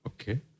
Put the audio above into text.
okay